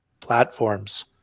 platforms